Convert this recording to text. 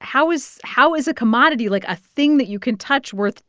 how is how is a commodity, like, a thing that you can touch, worth